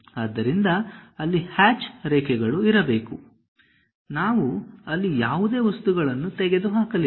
ಆದ್ದರಿಂದ ಅಲ್ಲಿ ಹ್ಯಾಚ್ ರೇಖೆಗಳು ಇರಬೇಕು ನಾವು ಅಲ್ಲಿ ಯಾವುದೇ ವಸ್ತುಗಳನ್ನು ತೆಗೆದುಹಾಕಲಿಲ್ಲ